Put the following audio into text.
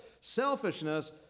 Selfishness